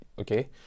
okay